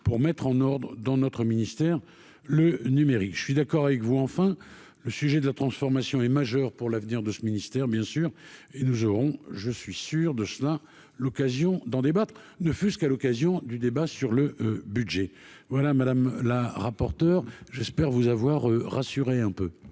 pour mettre en ordre dans notre ministère, le numérique, je suis d'accord avec vous, enfin le sujet de la transformation est majeur pour l'avenir de ce ministère, bien sûr, et nous aurons, je suis sûr de cela, l'occasion d'en débattre, ne fût-ce qu'à l'occasion du débat sur le budget, voilà madame la rapporteure, j'espère vous avoir rassuré un peu.